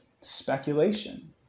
speculation